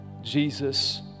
Jesus